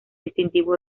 distintivo